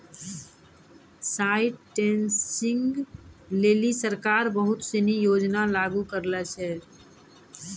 site testing लेलि सरकार बहुत सिनी योजना लागू करलें छै